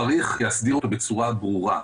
צריך להסדיר אותו בצורה ברורה.